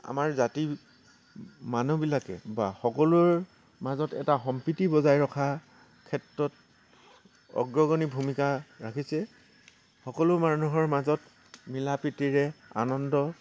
আমাৰ জাতিৰ মানুহবিলাকে বা সকলোৰ মাজত এটা সম্প্ৰীতি বজাই ৰখাৰ ক্ষেত্ৰত অগ্ৰণী ভূমিকা ৰাখিছে সকলো মানুহৰ মাজত মিলা প্ৰীতিৰে আনন্দ